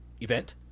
event